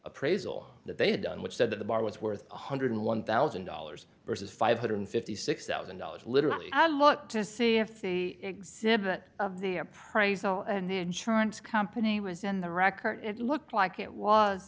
appraisal that they'd done which said that the bar was worth one hundred and one thousand dollars versus five hundred and fifty six thousand dollars literally i looked to see if the exhibit of the appraisal and the insurance company was in the record it looked like it was